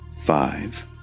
five